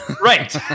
Right